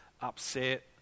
upset